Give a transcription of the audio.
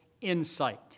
insight